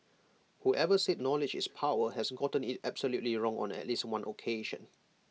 whoever said knowledge is power has gotten IT absolutely wrong on at least one occasion